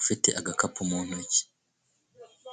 ufite agakapu mu ntoki.